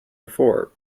before